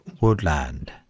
woodland